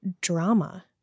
drama